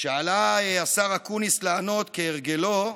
כשעלה השר אקוניס לענות, כהרגלו,